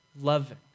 loving